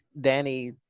Danny